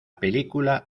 película